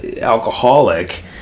alcoholic